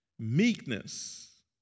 Meekness